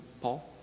Paul